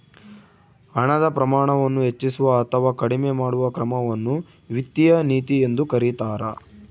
ಹಣದ ಪ್ರಮಾಣವನ್ನು ಹೆಚ್ಚಿಸುವ ಅಥವಾ ಕಡಿಮೆ ಮಾಡುವ ಕ್ರಮವನ್ನು ವಿತ್ತೀಯ ನೀತಿ ಎಂದು ಕರೀತಾರ